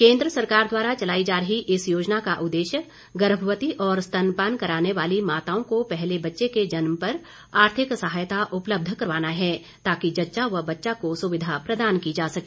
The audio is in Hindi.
केन्द्र सरकार द्वारा चलाई जा रही इस योजना का उद्देश्य गर्भवती और स्तनपान कराने वाली माताओं को पहले बच्चे के जन्म पर आर्थिक सहायता उपलब्ध करवाना है ताकि जच्चा व बच्चा को सुविधा प्रदान की जा सके